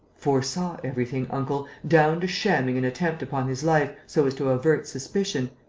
foresaw everything, uncle, down to shamming an attempt upon his life so as to avert suspicion,